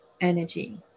energy